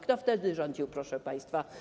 Kto wtedy rządził, proszę państwa?